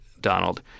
Donald